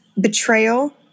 betrayal